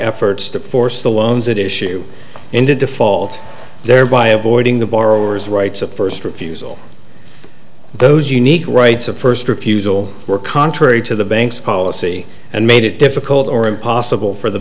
efforts to force the loans that issue into default thereby avoiding the borrowers rights of first refusal those unique rights of first refusal were contrary to the bank's policy and made it difficult or impossible for the